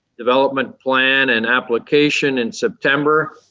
development plan and application in september,